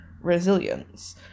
resilience